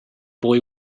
boy